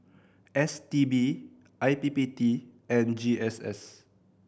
S T B I D P T and G S S